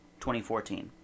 2014